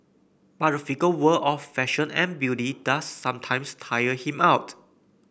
but the fickle world of fashion and beauty does sometimes tire him out